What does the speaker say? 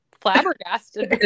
flabbergasted